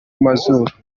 mazuru